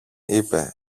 είπε